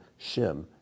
shim